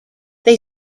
they